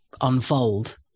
unfold